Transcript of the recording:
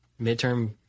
midterm